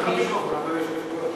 אין לך מיקרופון, כבוד היושב-ראש.